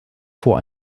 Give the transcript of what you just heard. vor